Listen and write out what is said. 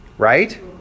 Right